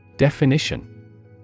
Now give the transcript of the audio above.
Definition